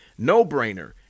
No-brainer